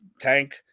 Tank